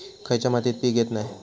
खयच्या मातीत पीक येत नाय?